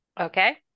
okay